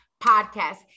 podcast